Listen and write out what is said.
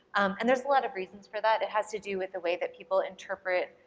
and there's a lot of reasons for that, it has to do with the way that people interpret